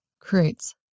creates